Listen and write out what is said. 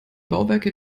bauwerke